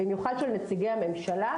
במיוחד של נציגי הממשלה,